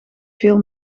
veel